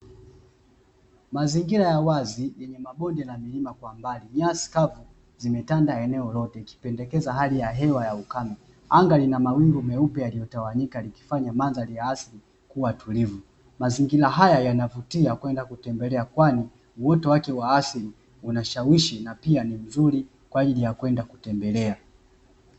Mazingira ya wazi yenye mabonde na milima kwa mbalintasi kavu zimeta nda Eneo lire ikipendekeza gali ta ukame